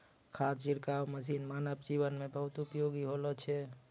खाद छिड़काव मसीन मानव जीवन म बहुत उपयोगी होलो छै